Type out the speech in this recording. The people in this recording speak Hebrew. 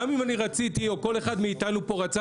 גם אם אני רציתי או כל אחד מאיתנו פה רצה